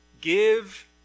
Give